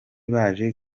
baje